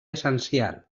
essencial